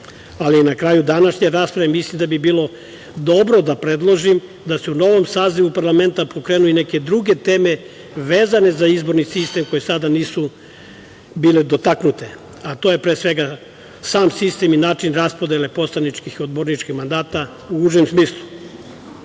ali na kraju današnje rasprave, mislim da bi bilo dobro da predložim da se u novom sazivu parlamenta pokrenu i neke druge teme vezane za izborni sistem koje do sada nisu bile dotaknute, a to je sam sistem i način raspodele poslaničkih, odborničkih mandata u užem